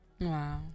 Wow